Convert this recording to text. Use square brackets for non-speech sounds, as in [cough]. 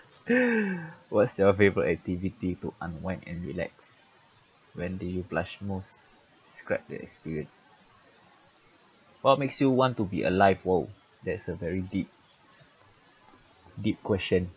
[laughs] what's your favourite activity to unwind and relax when do you blush most describe the experience what makes you want to be alive !whoa! that's a very deep deep question